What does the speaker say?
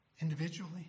Individually